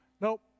Nope